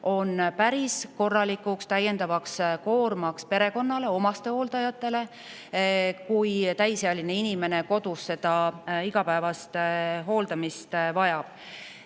on päris korralikuks täiendavaks koormaks perekonnale ja omastehooldajatele, kui ta kodus igapäevast hooldamist vajab.